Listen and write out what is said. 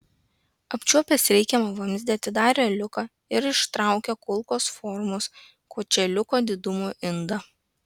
apčiuopęs reikiamą vamzdį atidarė liuką ir ištraukė kulkos formos kočėliuko didumo indą